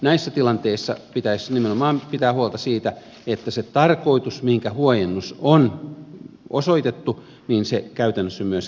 näissä tilanteissa pitäisi nimenomaan pitää huolta siitä että se tarkoitus mihinkä huojennus on osoitettu käytännössä myöskin toteutuu